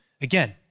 again